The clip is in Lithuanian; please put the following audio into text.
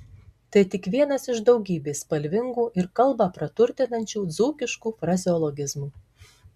tai tik vienas iš daugybės spalvingų ir kalbą praturtinančių dzūkiškų frazeologizmų